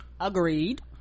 Agreed